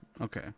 okay